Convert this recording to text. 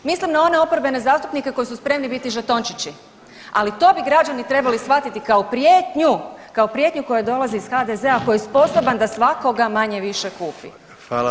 Mislim na one oporbene zastupnike koji su spremni biti žetončići, ali to bi građani trebali shvatiti kao prijetnju, kao prijetnju koja dolazi iz HDZ-a koji je sposoban, da manje-više kupi.